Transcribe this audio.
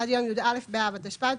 עד יום י"א באב התשפ"ב,